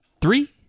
three